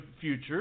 future